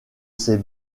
ses